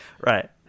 Right